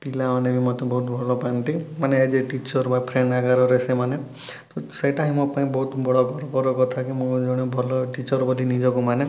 ପିଲାମାନେ ବି ମୋତେ ବହୁତ ଭଲପାଆନ୍ତି ମାନେ ଆଜ୍ ଏ ଟିଚର୍ ବା ଫ୍ରେଣ୍ଡ୍ ଆକାରରେ ସେମାନେ ତ ସେଇଟା ହିଁ ମୋ ପାଇଁ ବହୁତ ବଡ଼ ଗର୍ବର କଥା କି ମୁଁ ଜଣେ ଭଲ ଟିଚର୍ ବୋଲି ନିଜକୁ ମାନେ